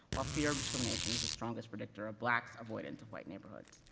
while fear of discrimination is the strongest predictor of blacks avoidance of white neighborhoods.